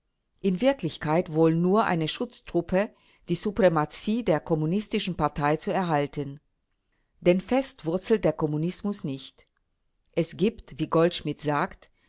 in wirklichkeit wohl nur eine schutztruppe die suprematie der kommunistischen partei zu erhalten denn fest wurzelt der kommunismus nicht es gibt wie goldschmidt sagt